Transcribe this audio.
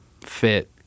fit